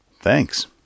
Thanks